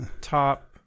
Top